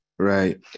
Right